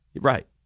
Right